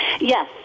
Yes